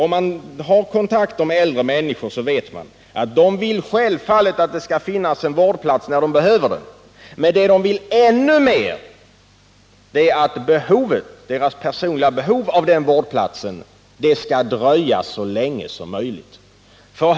Om man har kontakter med äldre människor, vet man att de självfallet vill att det skall finnas en vårdplats när de behöver den, men det de vill ännu mer är att deras personliga behov av den vårdplatsen skall dröja så länge som möjligt.